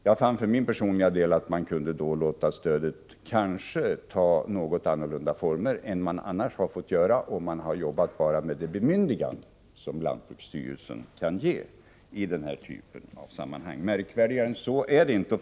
Jag fann för min personliga del att man kanske kunde låta stödet få andra former än om man hade arbetat enbart med det bemyndigande som lantbruksstyrelsen kan ge i denna typ av sammanhang. Konstigare än så är det inte.